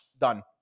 done